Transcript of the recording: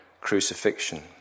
crucifixion